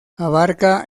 abarca